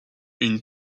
une